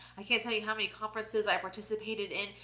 i can't tell you how many conferences i participated in,